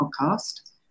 podcast